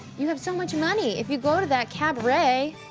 you have so much money. if you go to that cabaret.